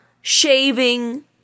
shaving